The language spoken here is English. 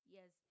Yes